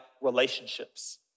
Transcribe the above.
relationships